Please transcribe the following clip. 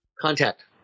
Contact